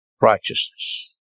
Righteousness